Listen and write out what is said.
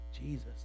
Jesus